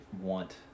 want